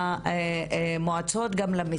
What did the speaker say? אבל השאלה האמיתית היא מה עוד.